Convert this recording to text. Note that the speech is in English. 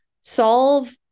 solve